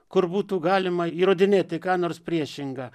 kur būtų galima įrodinėti ką nors priešinga